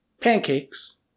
pancakes